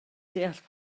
deall